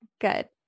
Good